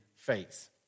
Face